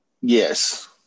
Yes